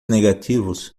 negativos